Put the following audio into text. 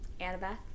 Annabeth